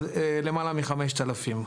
אבל למעלה מ-5000.